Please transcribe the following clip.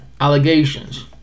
allegations